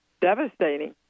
devastating